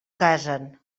casen